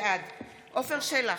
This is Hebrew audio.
בעד עפר שלח,